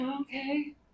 Okay